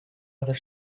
other